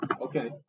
Okay